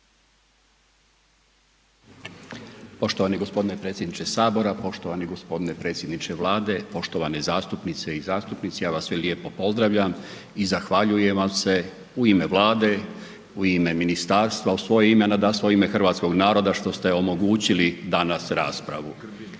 Poštovani gospodine predsjedniče sabora, poštovani gospodine predsjedniče Vlade, poštovane zastupnice i zastupnici ja vas sve lijepo pozdravljam i zahvaljujem vam se u ime Vlade, u ime ministarstva, u svoje ime, nadasve u ime hrvatskog naroda što ste omogućili danas raspravu. U početku